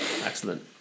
excellent